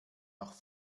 noch